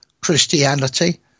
Christianity